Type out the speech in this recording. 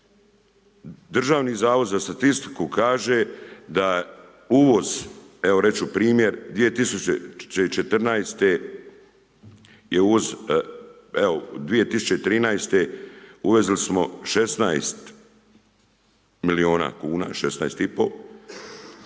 Državni zavod za statistiku, kaže da uvoz, evo reći ću primjer 2014. je uvoz evo 2013. uvezli smo 16 milijuna kuna, 16,5 a